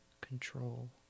control